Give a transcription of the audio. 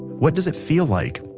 what does it feel like?